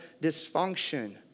dysfunction